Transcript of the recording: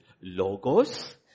logos